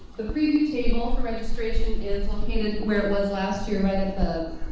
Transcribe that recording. the preview table for registration is located where it was last year, right